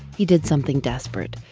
he did something desperate,